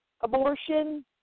abortion